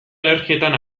alergietan